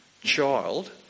child